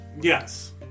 yes